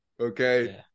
okay